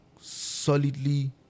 solidly